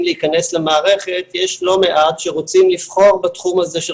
להיכנס למערכת יש לא מעט שרוצים לבחור בתחום הזה של